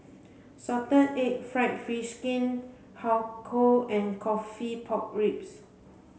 salted egg fried fish skin Har Kow and coffee pork ribs